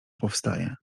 powstaje